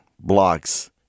blocks